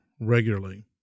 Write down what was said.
regularly